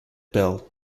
bell